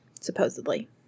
supposedly